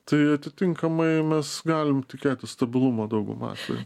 tai atitinkamai mes galim tikėtis stabilumo dauguma atvejų